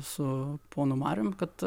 su ponu marium kad